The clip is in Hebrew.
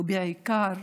ובעיקר